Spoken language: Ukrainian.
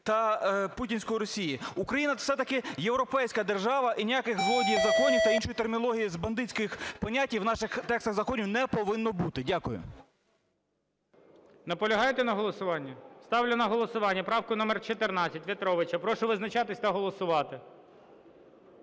та путінської Росії. Україна – це все-таки європейська держава. І ніяких "злодіїв в законі" та іншої термінології з бандитських "понятій" в наших текстах законів не повинно бути. Дякую. ГОЛОВУЮЧИЙ. Наполягаєте на голосуванні? Ставлю на голосування правку номер 14 В'ятровича. Прошу визначатись та голосувати.